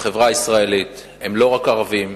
בחברה הישראלית, הם לא רק ערבים,